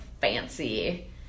fancy